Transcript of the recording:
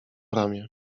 ramię